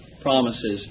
promises